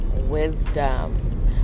wisdom